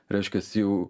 reiškias jau